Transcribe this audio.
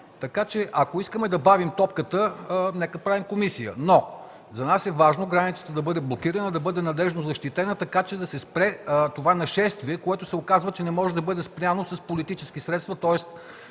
Така че ако искаме да бавим топката, нека правим комисия. За нас е важно границата да бъде блокирана, да бъде надеждно защитена, така че да се спре това нашествие, което се оказва, че не може да бъде спряно с политически средства.